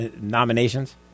nominations